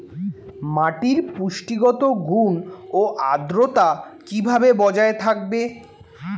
মাটির পুষ্টিগত গুণ ও আদ্রতা কিভাবে বজায় থাকবে?